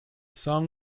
song